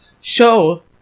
show